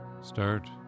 start